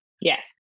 Yes